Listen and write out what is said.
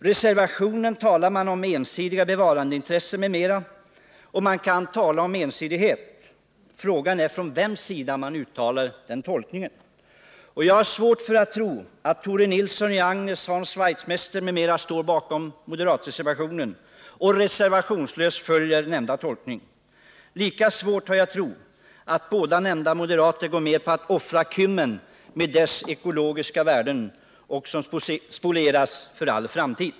Reservanterna talar om ensidiga bevarandeintressen m.m. Och visst kan man tala om ensidighet — frågan är bara på vilken sida den finns. Jag har svårt att tro att Tore Nilsson i Agnäs och Hans Wachtmeister m.fl. står bakom moderatreservationen och villkorslöst följer nämnda tolkning. Lika svårt har jag ått tro att dessa båda moderater går med på att offra Kymmen med dess ekologiska värden, som skulle spolieras för all framtid.